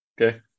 Okay